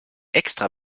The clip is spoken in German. extra